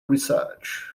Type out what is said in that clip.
research